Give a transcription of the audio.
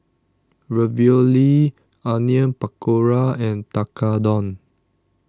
Ravioli Onion Pakora and Tekkadon